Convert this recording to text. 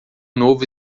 novo